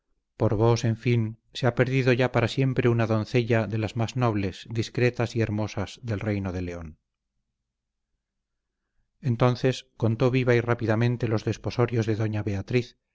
por vos en fin se ha perdido ya para siempre una doncella de las más nobles discretas y hermosas del reino del león entonces contó viva y rápidamente los desposorios de doña beatriz